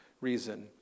reason